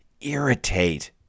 irritate